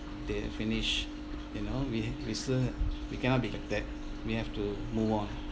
they finish you know we we still we cannot be like that we have to move on